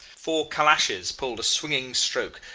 four calashes pulled a swinging stroke.